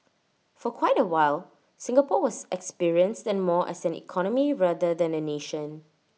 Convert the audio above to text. for quite A while Singapore was experienced and more as an economy rather than A nation